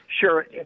Sure